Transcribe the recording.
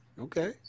Okay